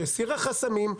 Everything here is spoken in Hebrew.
שהסירה חסמים,